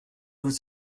vous